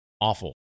awful